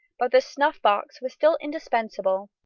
but the snuff-box was still indispensable.